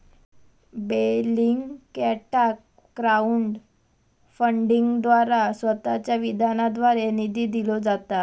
बेलिंगकॅटाक क्राउड फंडिंगद्वारा स्वतःच्या विधानाद्वारे निधी दिलो जाता